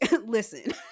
listen